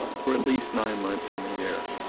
for at least nine months in the year.